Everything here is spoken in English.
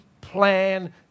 plan